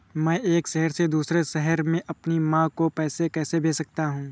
मैं एक शहर से दूसरे शहर में अपनी माँ को पैसे कैसे भेज सकता हूँ?